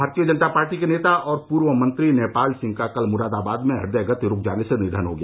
भारतीय जनता पार्टी के नेता और पूर्व मंत्री नेपाल सिंह का कल मुरादाबाद में हृदय गति रूक जाने से निधन हो गया